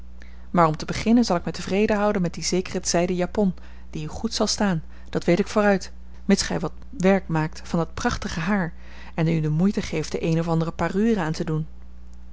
maar om te beginnen zal ik mij tevreden houden met dien zekeren zijden japon die u goed zal staan dat weet ik vooruit mits gij wat werk maakt van dat prachtige haar en u de moeite geeft de eene of andere parure aan te doen